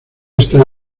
está